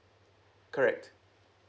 correct